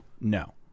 no